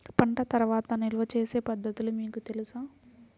పంట తర్వాత నిల్వ చేసే పద్ధతులు మీకు తెలుసా?